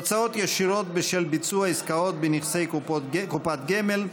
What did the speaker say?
הוצאות ישירות בשל ביצוע עסקאות בנכסי קופות גמל),